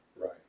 Right